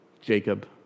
Jacob